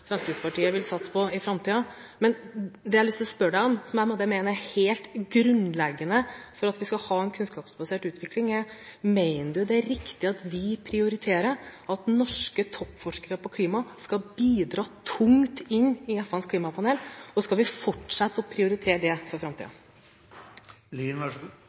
Fremskrittspartiet vil satse på i framtiden. Det jeg har lyst til å spørre representanten om, som jeg mener er helt grunnleggende for at vi skal ha en kunnskapsbasert utvikling, er: Mener han det er riktig at vi prioriterer at norske toppforskere på klima skal bidra tungt inn i FNs klimapanel, og skal vi fortsette å prioritere det for